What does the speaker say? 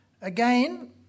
Again